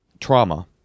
trauma